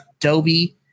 adobe